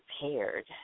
prepared